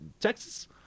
Texas